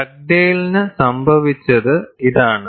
ഡഗ്ഡെയ്ലിന് സംഭവിച്ചത് ഇതാണ്